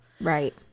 Right